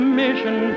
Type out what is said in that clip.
mission